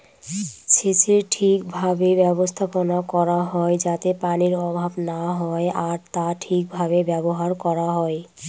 সেচের ঠিক ভাবে ব্যবস্থাপনা করা হয় যাতে পানির অভাব না হয় আর তা ঠিক ভাবে ব্যবহার করা হয়